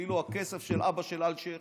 כאילו הכסף של אבא של אלשיך